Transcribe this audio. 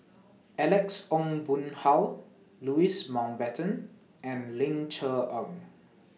Alex Ong Boon Hau Louis Mountbatten and Ling Cher Eng